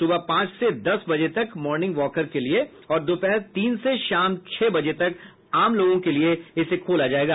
सूबह पांच से दस बजे तक मार्निंग वॉकर के लिए और दोपहर तीन से शाम छह बजे तक आम लोगों के लिए खोला जायेगा